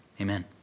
amen